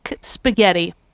spaghetti